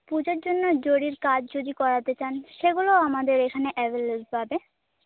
পুজোর জন্য জরির কাজ যদি করাতে চান সেগুলোও আমাদের এখান অ্যাভেলেবল পাবে